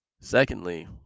Secondly